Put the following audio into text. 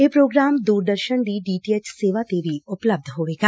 ਇਹ ਪ੍ਰੋਗਰਾਮ ਦੁਰਦਰਸ਼ਨ ਦੀ ਡੀਟੀਐਚ ਸੇਵਾ ਤੇ ਵੀ ਉਪਲੱਬਧ ਹੋਵੇਗਾ